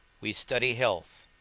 we study health,